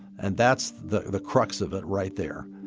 and that's the the crux of it right there